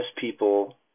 people